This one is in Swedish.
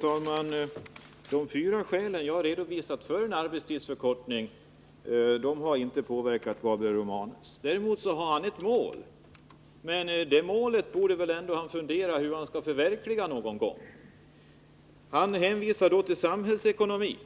Herr talman! De fyra skäl som jag anförde för en arbetstidsförkortning har inte påverkat Gabriel Romanus. Däremot har han ett mål, och han borde fundera över hur det målet någon gång skall kunna förverkligas. Han hänvisar till samhällsekonomin,